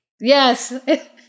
Yes